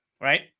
Right